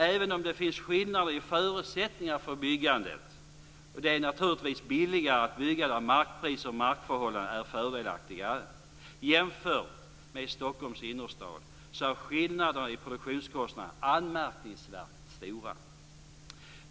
Även om det finns skillnader i förutsättningarna för byggandet - det är naturligtvis billigare att bygga där markpriser och markförhållanden är fördelaktiga jämfört med Stockholms innerstad - är skillnaderna i produktionskostnader anmärkningsvärt stora.